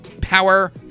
Power